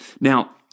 Now